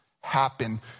happen